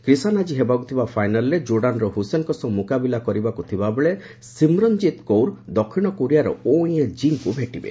କ୍ରିଷାନ ଆଜି ହେବାକୁ ଥିବା ଫାଇନାଲ୍ରେ କୋର୍ଡାନର ହୁସେନଙ୍କ ସହ ମୁକାବିଲା କରିବାକୁ ଥିବାବେଳେ ସିମରନ୍ଜିତ କୌର ଦକ୍ଷିଣକୋରିଆର ଓ ୟେଁ ଜିଙ୍କୁ ଭେଟିବେ